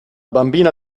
bambina